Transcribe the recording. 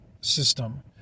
system